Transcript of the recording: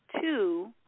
two